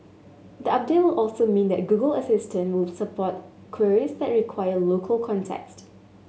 the update will also mean that Google Assistant will support queries that require local context